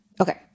Okay